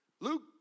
Luke